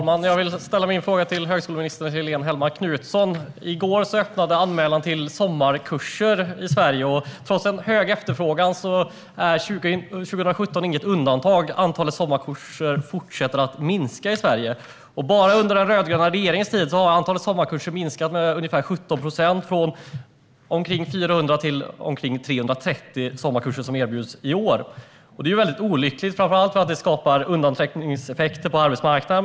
Fru talman! Jag vill ställa min fråga till högskoleminister Helene Hellmark Knutsson. I går öppnade anmälan till sommarkurser i Sverige. Trots stor efterfrågan är 2017 inget undantag. Antalet sommarkurser fortsätter att minska i Sverige. Bara under den rödgröna regeringens tid har antalet sommarkurser minskat med ungefär 17 procent, från omkring 400 till omkring 330. Det är det antal sommarkurser som erbjuds i år. Det är olyckligt, framför allt därför att det skapar undanträngningseffekter på arbetsmarknaden.